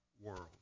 world